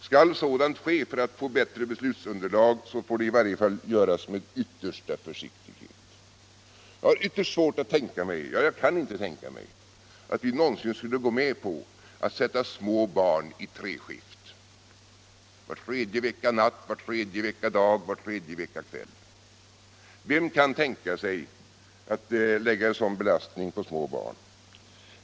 Skall detta ske för aut få bättre beslutsunderlag måste det genomföras med yttersta försiktighet. Jag har ytterst svårt att tänka mig, ja. jag kan inte tänka mig, aut vi någonsin skulle gå med på att sätta små barn i treskift — var tredje vecka natt, var tredje vecka dag, var tredje vecka kväll. Vem kan tänka sig att lägga en sådan belastning på små barn?